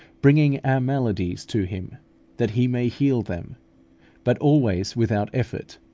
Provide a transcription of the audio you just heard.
bringing our maladies to him that he may heal them but always without effort,